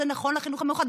זה נכון לחינוך המיוחד.